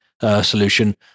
solution